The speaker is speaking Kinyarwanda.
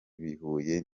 bihuye